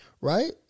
right